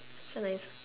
so nice